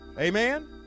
Amen